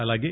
అలాగే